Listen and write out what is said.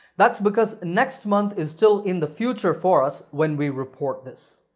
that's because next month is still in the future for us when we report this.